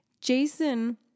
Jason